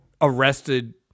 arrested